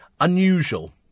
unusual